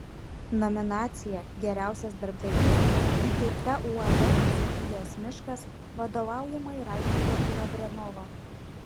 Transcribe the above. nominacija geriausias darbdavys įteikta uab dzūkijos miškas vadovaujamai raimundo lavrenovo